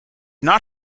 not